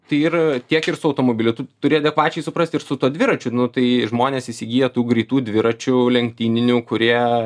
tai ir tiek ir su automobiliu tu turi adekvačiai suprast ir su tuo dviračiu nu tai žmonės įsigiję tų greitų dviračių lenktyninių kurie